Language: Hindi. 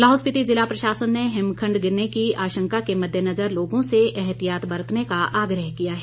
लाहौल स्पीति जिला प्रशासन ने हिमखंड गिरने की आशंका के मध्यनजर लोगों से एहतियात बरतने का आग्रह किया है